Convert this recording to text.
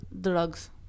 Drugs